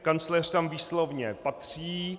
Kancléř tam výslovně patří.